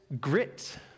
grit